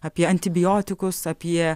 apie antibiotikus apie